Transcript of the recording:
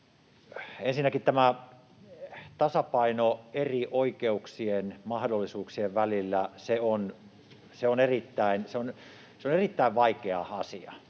Ensinnäkin tämä tasapaino eri oikeuksien, mahdollisuuksien välillä on erittäin vaikea asia